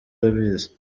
arabizi